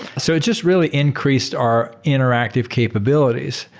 so it just really increased our interactive capabilities,